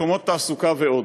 מקומות תעסוקה ועוד.